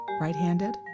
right-handed